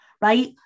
right